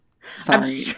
Sorry